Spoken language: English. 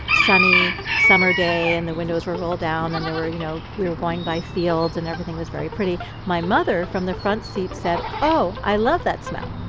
sunny, summer day, and the windows were rolled down and there were you know, we were going by fields and everything was very pretty my mother, from the front seat, said, oh, i love that smell.